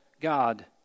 God